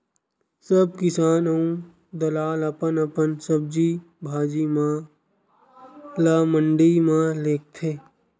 सब किसान अऊ दलाल अपन अपन सब्जी भाजी म ल मंडी म लेगथे